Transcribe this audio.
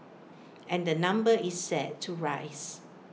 and the number is set to rise